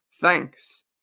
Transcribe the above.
Thanks